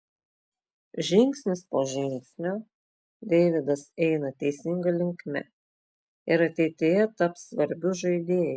žingsnis po žingsnio deividas eina teisinga linkme ir ateityje taps svarbiu žaidėju